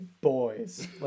boys